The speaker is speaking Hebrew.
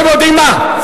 אתם יודעים מה?